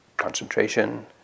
concentration